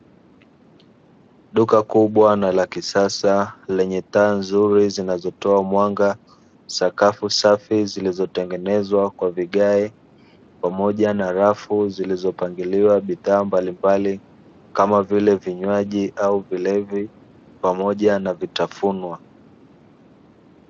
Duka kubwa na la kisasa lenye taa nzuri, zinazotoa mwanga sakafu safi, zilizotengenezwa kwa vigae pamoja na rafu zilizopangilia bidhaa mabalimbali kama vile vinywaji au vilevi pamoja na vitafunwa.